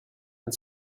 and